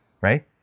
right